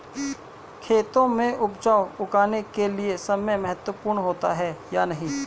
खेतों में उपज उगाने के लिये समय महत्वपूर्ण होता है या नहीं?